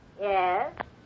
Yes